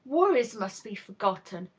worries must be forgotten.